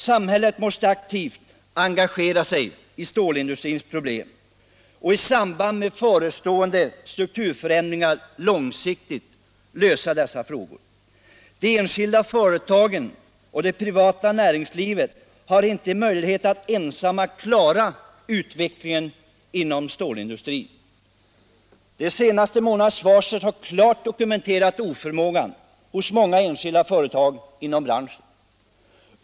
Samhället måste aktivt engagera sig i stålindustrins problem och i sam Allmänpolitisk debatt Allmänpolitisk debatt band med förestående strukturförändringar långsiktigt lösa dessa frågor. De enskilda företagen och det privata näringslivet i sin helhet har inte möjlighet att ensamma klara utvecklingen inom stålindustrin. De senaste månadernas varsel har klart dokumenterat oförmågan hos många enskilda företag inom branschen.